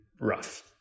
rough